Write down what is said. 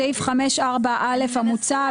בסעיף 5(4)(א) המוצע,